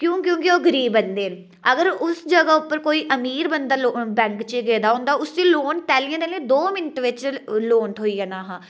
क्योंकि ओह् गरीब बंदे न अगर उसदी जगह कोई अमीर बंदा बैंक च गेदा होंदा उसी तैलियें तैलियें दो मिंट च लोन थ्होई जाना हा